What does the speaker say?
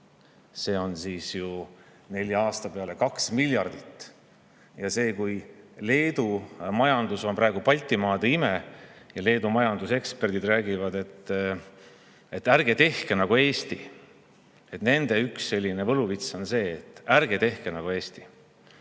see on ju nelja aasta peale 2 miljardit. Leedu majandus on praegu Baltimaade ime ja Leedu majanduseksperdid räägivad, et ärge tehke nagu Eesti. Nende üks võluvits on see, et ärge tehke nagu Eesti.